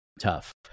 Tough